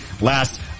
last